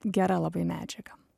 gera labai medžiaga